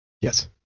Yes